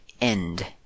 end